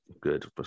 good